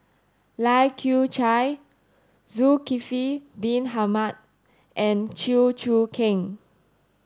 Kai Kew Chai Zulkifli bin Mohamed and Chew Choo Keng